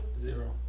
Zero